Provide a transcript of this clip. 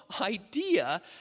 idea